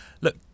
Look